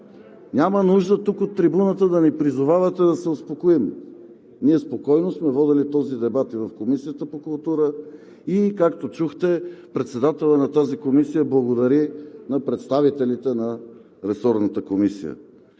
Няма нужда да ни призовавате от трибуната да се успокоим. Ние спокойно сме водили този дебат в Комисията по културата и медиите и, както чухте, председателят на тази комисия благодари на представителите на ресорната Комисия.